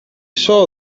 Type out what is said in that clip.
saw